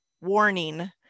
warning